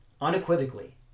unequivocally